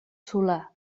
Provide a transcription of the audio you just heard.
solà